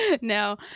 No